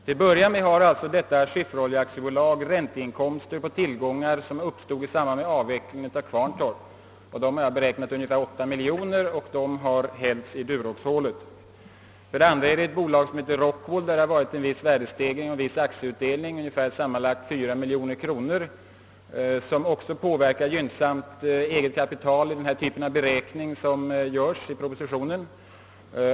För det första har alltså Skifferoljeaktiebolaget ränteinkomster av tillgångar som uppstod: i samband med avvecklingen av Kvarntorp. Dem har jag beräknat till ungefär 8 miljoner kronor. Dessa pengar har hällts i Duroxhålet. För det andra har det i ett bolag som heter Rockwool förekommit en viss värdestegring och en viss aktieutdelning till ett sammanlagt värde av ungefär 4 miljoner kronor, vilket också gynnsamt påverkar det egna kapitalet vid den typ av beräkning som görs i propositionen.